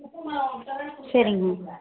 சரிங்க